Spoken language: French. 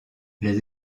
les